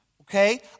Okay